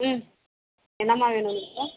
ம் என்னமா வேணும் உங்களுக்கு